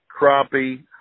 crappie